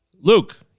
Luke